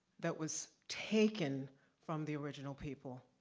that was taken from the original people,